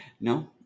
No